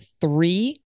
three